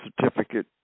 certificate